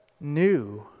new